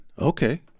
Okay